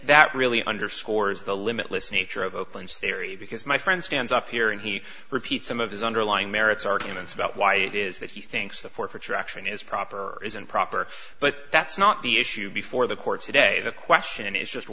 that really underscores the limitless nature of oaklands theory because my friend stands up here and he repeats some of his underlying merits arguments about why it is that he thinks the forfeiture action is proper isn't proper but that's not the issue before the courts today the question is just